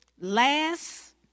Last